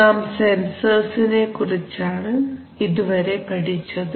നാം സെൻസർസിനെ കുറിച്ചാണ് ഇതുവരെ പഠിച്ചത്